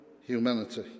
humanity